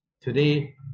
Today